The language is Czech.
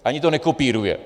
Ani to nekopíruje.